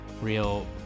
real